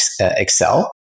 Excel